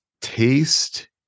Taste